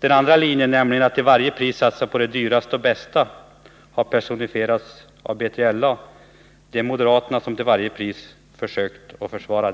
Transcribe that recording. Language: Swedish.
Den andra linjen, nämligen att så långt det är möjligt satsa på det dyraste och bästa alternativet, har så att säga personifierats av B3LA — en linje som moderaterna till varje pris försökte försvara.